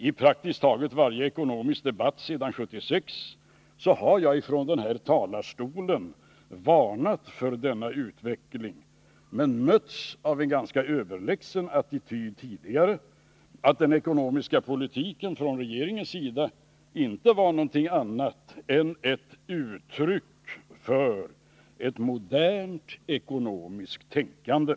I praktiskt taget varje ekonomisk debatt sedan 1976 har jag ifrån den här talarstolen varnat för denna utveckling men mötts av en ganska överlägsen attityd tidigare — att den ekonomiska politiken från regeringens sida inte var någonting annat än ett uttryck för modernt ekonomiskt tänkande.